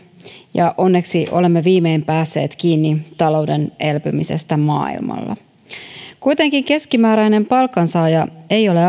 ja onneksi olemme viimein päässeet kiinni talouden elpymisestä maailmalla kuitenkaan keskimääräinen palkansaaja ei ole